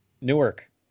Newark